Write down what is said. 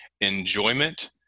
enjoyment